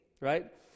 right